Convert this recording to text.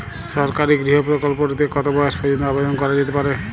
সরকারি গৃহ প্রকল্পটি তে কত বয়স পর্যন্ত আবেদন করা যেতে পারে?